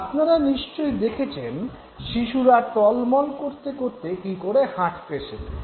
আপনারা নিশ্চয়ই দেখেছেন শিশুরা টলমল করতে করতে কী করে হাঁটতে শেখে